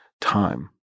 time